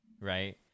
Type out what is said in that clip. right